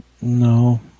No